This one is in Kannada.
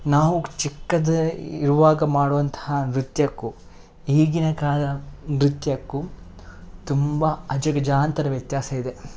ನಾವು ಚಿಕ್ಕದ್ದು ಇರುವಾಗ ಮಾಡುವಂತಹ ನೃತ್ಯಕ್ಕೂ ಈಗಿನ ಕಾಲದ ನೃತ್ಯಕ್ಕೂ ತುಂಬ ಅಜಗಜಾಂತರ ವ್ಯತ್ಯಾಸ ಇದೆ